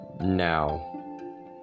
now